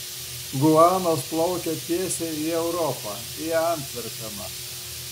guanas plaukia tiesiai į europą į antverpeną